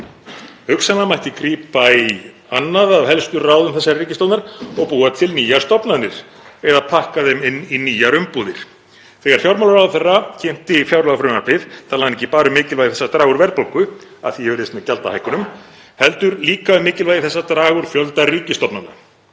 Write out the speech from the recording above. Hugsanlega mætti grípa í annað af helstu ráðum þessarar ríkisstjórnar og búa til nýjar stofnanir eða pakka þeim inn í nýjar umbúðir. Þegar fjármálaráðherra kynnti fjárlagafrumvarpið talaði hann ekki bara um mikilvægi þess að draga úr verðbólgu, að því er virðist með gjaldahækkunum, heldur líka um mikilvægi þess að draga úr fjölda ríkisstofnana.